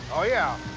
oh yeah,